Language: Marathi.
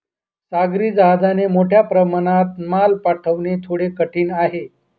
सागरी जहाजाने मोठ्या प्रमाणात माल पाठवणे थोडे कठीण आहे